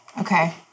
Okay